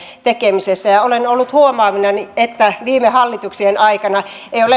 tekemässä olen ollut huomaavinani että viime hallituksien aikana ei ole kyllä löytynyt